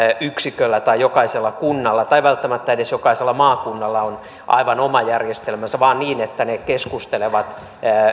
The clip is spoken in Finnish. yksiköllä tai jokaisella kunnalla tai välttämättä edes jokaisella maakunnalla on aivan oma järjestelmänsä vaan niin että ne keskustelevat